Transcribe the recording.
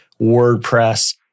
WordPress